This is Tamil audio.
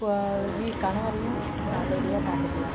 வி கணவரையும் நல்லபடியாக பார்த்துக்குவோம்